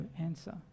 answer